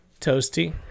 Toasty